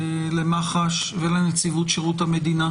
למח"ש ולנציבות שירות המדינה,